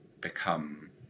become